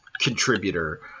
contributor